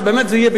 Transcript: שבאמת זה יהיה,